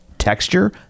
Texture